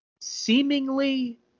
seemingly